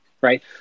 right